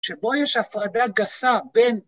‫שבו יש הפרדה גסה בין...